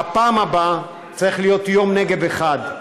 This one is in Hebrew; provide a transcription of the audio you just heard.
בפעם הבאה צריך להיות יום נגב אחד.